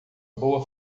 boa